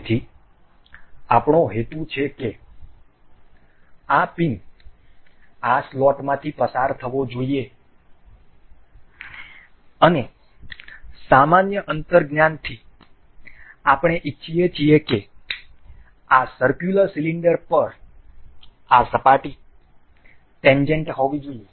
તેથી આપણો હેતુ છે કે આ પિન આ સ્લોટમાંથી પસાર થવો જોઈએ અને સામાન્ય અંતર્જ્ઞાનથી આપણે ઇચ્છીએ છીએ કે આ સર્ક્યુલર સિલિન્ડર પર આ સપાટી ટેન્જેન્ટ હોવી જોઈએ